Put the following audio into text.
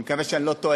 אני מקווה שאני לא טועה.